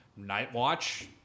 Nightwatch